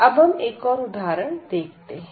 अब हम एक उदाहरण देखते हैं